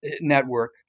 network